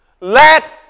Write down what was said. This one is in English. let